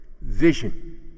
Vision